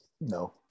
No